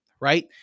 right